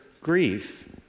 grief